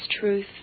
truth